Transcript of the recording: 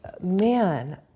man